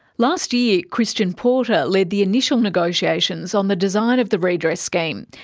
last year, christian porter led the initial negotiations on the design of the redress scheme.